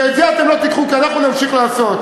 ואת זה אתם לא תיקחו, כי אנחנו נמשיך לעשות.